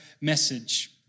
message